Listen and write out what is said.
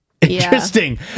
Interesting